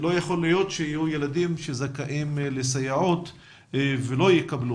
לא יכול להיות שיהיו ילדים שזכאים לסייעות שלא מקבלים